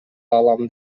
алам